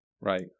right